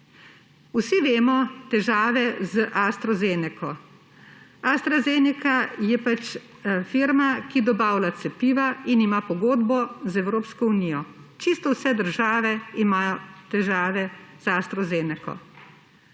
Vsi vemo za težave z AstraZeneco. AstraZeneca je firma, ki dobavlja cepiva, ima pogodbo z Evropsko unijo. Čisto vse države imajo težave z AstraZeneco.